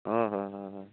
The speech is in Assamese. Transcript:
অঁ হয় হয় হয়